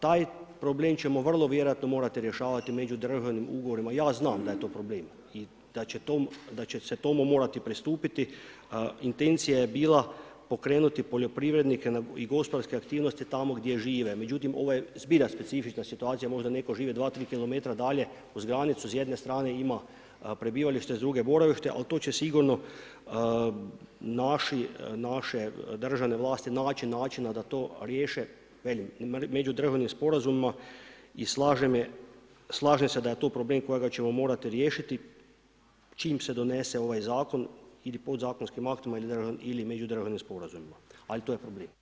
Taj problem ćemo vrlo vjerojatno morati rješavati međudržavnim ugovorima, ja znam da he to problem i da će se tomu morati pristupiti, intencija je bila pokrenuti poljoprivrednike i gospodarske aktivnosti tamo gdje žive međutim ovo je zbilje specifična situacija možda neko živi 2, 3 kilometra dalje uz granicu, s jedne strane ima prebivalište, s druge boravište, ali to će sigurno naše državne vlasti naći načina da to riješe velim međudržavnim sporazumima i slažem se da je to problem kojega ćemo morati riješiti čim se donese ovaj zakon ili podzakonskim aktima ili međudržavnim sporazumima ali to je problem.